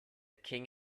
king